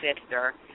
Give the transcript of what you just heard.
sister